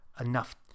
enough